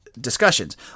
Discussions